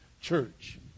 church